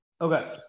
okay